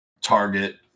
target